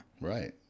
right